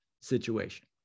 situation